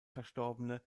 verstorbene